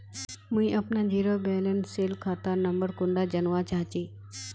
मुई अपना zero balance सेल खाता नंबर कुंडा जानवा चाहची?